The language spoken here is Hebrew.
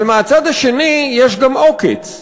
אבל מהצד השני יש גם עוקץ,